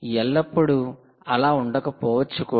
ఎల్లప్పుడూ అలా ఉండకపోవచ్చు కూడా